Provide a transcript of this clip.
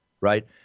Right